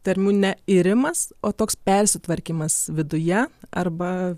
tarmių ne irimas o toks persitvarkymas viduje arba